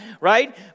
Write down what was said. right